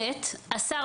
השר,